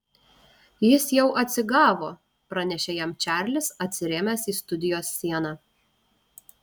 jis jau atsigavo pranešė jam čarlis atsirėmęs į studijos sieną